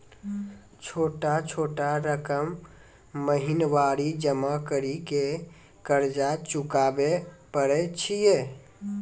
छोटा छोटा रकम महीनवारी जमा करि के कर्जा चुकाबै परए छियै?